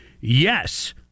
yes